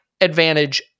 advantage